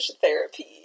Therapy